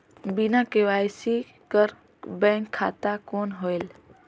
बिना के.वाई.सी कर बैंक खाता कौन होएल?